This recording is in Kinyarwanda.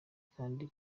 kandi